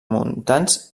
muntants